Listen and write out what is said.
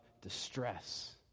distress